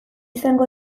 izango